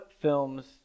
films